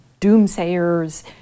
doomsayers